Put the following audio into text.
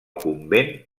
convent